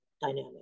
dynamic